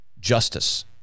justice